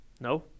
No